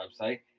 website